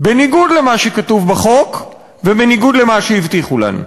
בניגוד למה שכתוב בחוק ובניגוד למה שהבטיחו לנו.